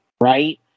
right